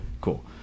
Cool